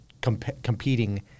competing